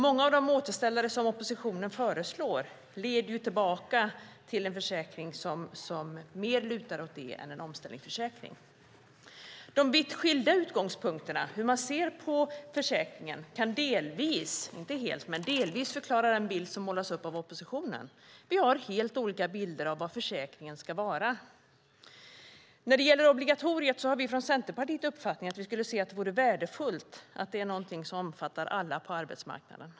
Många av de återställare som oppositionen föreslår leder tillbaka till en försäkring som mer lutar åt försörjning än en omställningsförsäkring. De vitt skilda utgångspunkterna i synen på försäkringen kan delvis - inte helt - förklara den bild som målas upp av oppositionen. Vi har helt olika bilder av vad försäkringen ska vara. När det gäller obligatoriet har vi i Centerpartiet uppfattningen att det vore värdefullt att försäkringen omfattar alla på arbetsmarknaden.